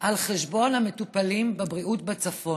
על חשבון בריאות המטופלים בצפון.